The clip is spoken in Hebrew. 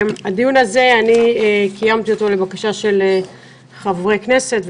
הדיון מתקיים לבקשת חברי הכנסת,